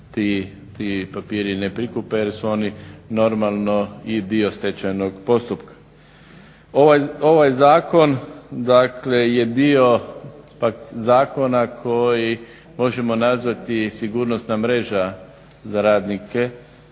ti papiri ne prikupe jel su oni normalno i dio stečajnog postupka. Ovaj zakon je dio zakona koji možemo nazvati sigurnosna mreža za radnike